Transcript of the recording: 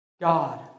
God